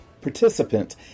participant